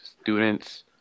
students